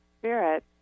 spirit